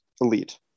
elite